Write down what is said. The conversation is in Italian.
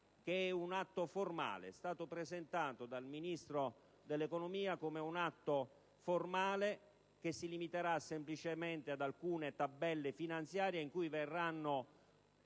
che è un atto formale. È stata presentata dal Ministro dell'economia come un atto formale, che si limiterà semplicemente ad alcune tabelle finanziarie in cui verranno